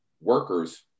workers